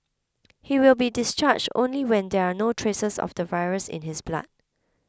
he will be discharged only when there are no traces of the virus in his blood